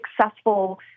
successful